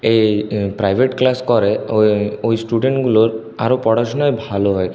এই private class করে ওই ওই স্টুডেন্টগুলোর আরও পড়াশোনায় ভালো হয়